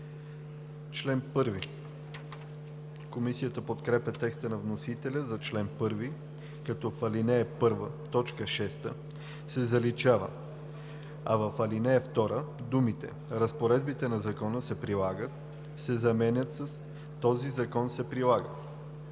ЛЕТИФОВ: Комисията подкрепя текста на вносителя за чл. 1, като в ал. 1 т. 6 се заличава, а в ал. 2 думите „Разпоредбите на закона се прилагат“ се заменят с „Този закон се прилага“.